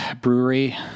brewery